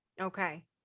Okay